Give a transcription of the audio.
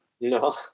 No